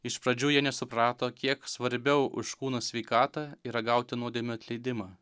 iš pradžių jie nesuprato kiek svarbiau už kūno sveikatą yra gauti nuodėmių atleidimą